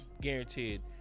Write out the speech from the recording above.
guaranteed